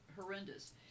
horrendous